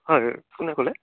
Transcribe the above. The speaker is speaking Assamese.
হয় কোনে ক'লে